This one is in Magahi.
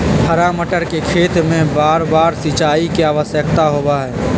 हरा मटर के खेत में बारबार सिंचाई के आवश्यकता होबा हई